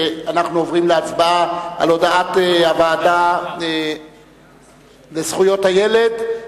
אנחנו עוברים להצבעה על הודעת הוועדה לזכויות הילד,